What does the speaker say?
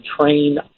train